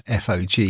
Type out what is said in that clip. FOG